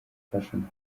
fashion